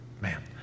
man